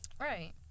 right